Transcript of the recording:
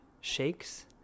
shakes